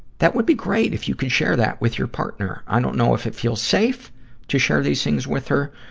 that would be great, if you could share that with your partner. i don't know if it feels safe to share these things with her.